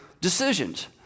decisions